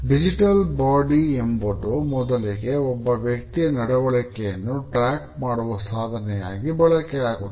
digital ಬಾಡಿ ಮಾಡುವ ಸಾಧನವಾಗಿ ಬಳಕೆಯಾಗುತ್ತದೆ